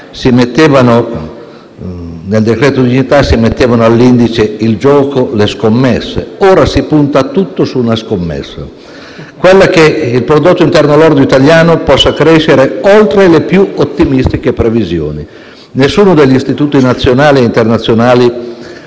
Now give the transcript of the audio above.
dignità. In quel decreto-legge si mettevano all'indice il gioco e le scommesse; ebbene, ora si punta tutto sulla scommessa che il prodotto interno lordo italiano possa crescere oltre le più ottimistiche previsioni. Nessuno degli istituti nazionali e internazionali